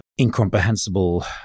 incomprehensible